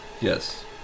Yes